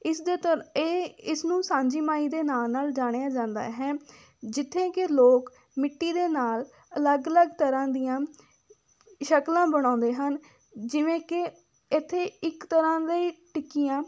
ਇਸ ਦੇ ਦੌਰ ਇਹ ਇਸ ਨੂੰ ਸਾਂਝੀ ਮਾਈ ਦੇ ਨਾਂ ਨਾਲ ਜਾਣਿਆ ਜਾਂਦਾ ਹੈ ਜਿੱਥੇ ਕਿ ਲੋਕ ਮਿੱਟੀ ਦੇ ਨਾਲ ਅਲੱਗ ਅਲੱਗ ਤਰ੍ਹਾਂ ਦੀਆਂ ਸ਼ਕਲਾਂ ਬਣਾਉਂਦੇ ਹਨ ਜਿਵੇਂ ਕਿ ਇੱਥੇ ਇੱਕ ਤਰ੍ਹਾਂ ਦੇ ਟਿੱਕੀਆਂ